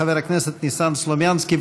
חבר הכנסת ניסן סלומינסקי.